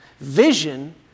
Vision